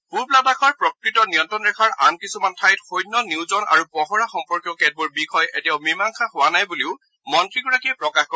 পূব লাডাখৰ প্ৰকৃত নিয়ন্ত্ৰণ ৰেখাৰ আন কিছূমান ঠাইত সৈন্য নিয়োজন আৰু পহৰা সম্পৰ্কীয় কেতবোৰ বিষয় এতিয়াও মীমাংসা হোৱা নাই বুলিও মন্ত্ৰীগৰাকীয়ে প্ৰকাশ কৰে